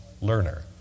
learner